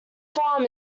farm